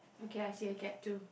okay I see a cat too